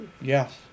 Yes